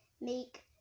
make